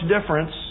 difference